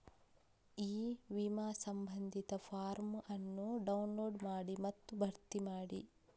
E ವಿಮಾ ಸಂಬಂಧಿತ form ಅನ್ನು ಡೌನ್ಲೋಡ್ ಮಾಡಿ ಮತ್ತು ಭರ್ತಿ ಮಾಡಿ